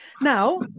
Now